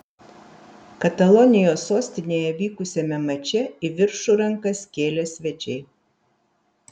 katalonijos sostinėje vykusiame mače į viršų rankas kėlė svečiai